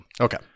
Okay